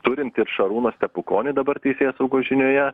turint ir šarūną stepukonį dabar teisėsaugos žinioje